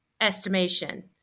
Estimation